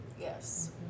Yes